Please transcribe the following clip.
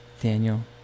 Daniel